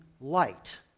light